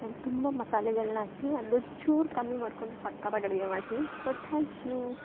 ನಾನು ತುಂಬ ಮಸಾಲೆಗಳನ್ನ ಹಾಕ್ತಿನಿ ಅದು ಒಂಚೂರು ಕಮ್ಮಿ ಮಾಡಿಕೊಂಡ್ರೆ ಸಕ್ಕತಾಗ್ ಅಡಿಗೆ ಮಾಡ್ತೀನಿ ಸೋ ತ್ಯಾಂಕ್ ಯು